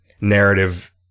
narrative